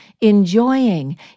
enjoying